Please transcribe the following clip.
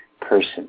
person